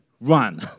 run